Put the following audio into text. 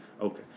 Okay